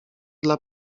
dla